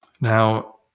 Now